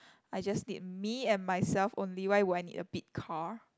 I just need me and myself only why would I need a big car